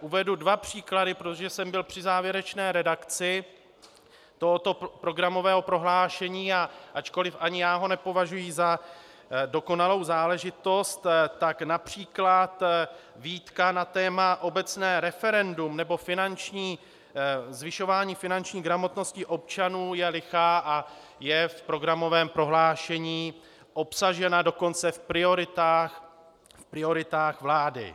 Uvedu dva příklady, protože jsem byl při závěrečné redakci tohoto programového prohlášení, a ačkoliv ani já ho nepovažuji za dokonalou záležitost, tak například výtka na téma obecné referendum nebo zvyšování finanční gramotnosti občanů je lichá a je v programovém prohlášení obsažena dokonce v prioritách vlády.